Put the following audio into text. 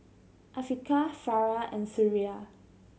Afiqah Farah and Suria